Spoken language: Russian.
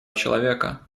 человека